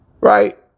Right